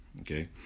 Okay